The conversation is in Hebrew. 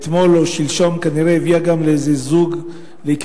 הביאה אתמול או שלשום לכך שזוג נכנס